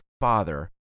father